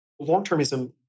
Long-termism